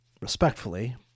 respectfully